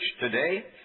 today